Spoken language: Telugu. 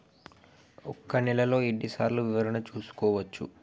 ఒక నెలలో ఎన్ని సార్లు వివరణ చూసుకోవచ్చు?